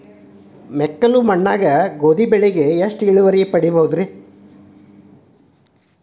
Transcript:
ಮೆಕ್ಕಲು ಮಣ್ಣಾಗ ಗೋಧಿ ಬೆಳಿಗೆ ಎಷ್ಟ ಇಳುವರಿ ಪಡಿಬಹುದ್ರಿ?